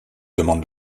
demande